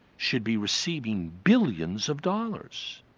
should be receiving billions of dollars?